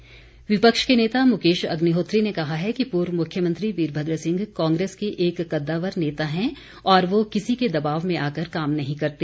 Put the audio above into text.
अग्निहोत्री विपक्ष के नेता मुकेश अग्निहोत्री ने कहा है कि पूर्व मुख्यमंत्री वीरभद्र सिंह कांग्रेस के एक कद्दावर नेता हैं और वो किसी के दबाव में आकर काम नहीं करते